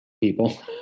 people